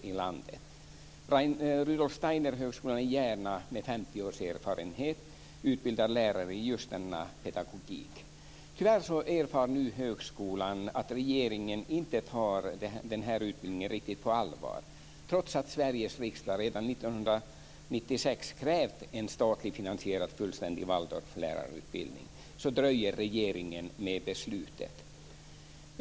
En av dem är Rudolf Steinerhögskolan i Järna med 50 års erfarenhet av att utbilda lärare i denna pedagogik. Tyvärr erfar högskolan nu att regeringen inte tar den här utbildningen riktigt på allvar. Trots att Sveriges riksdag redan 1996 krävde en statligt finansierad fullständig Waldorflärarutbildning, dröjer regeringen med beslutet.